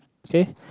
okay